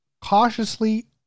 cautiously